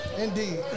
Indeed